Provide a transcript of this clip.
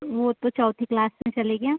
वो तो चौथी क्लास में चले गया